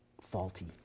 faulty